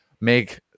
make